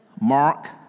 Mark